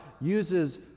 uses